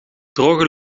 droge